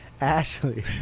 Ashley